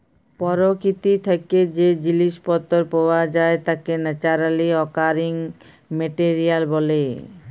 পরকিতি থ্যাকে যে জিলিস পত্তর পাওয়া যায় তাকে ন্যাচারালি অকারিং মেটেরিয়াল ব্যলে